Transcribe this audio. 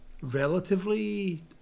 relatively